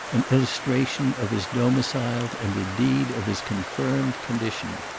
an illustration of his domiciled and indeed of his confirmed condition.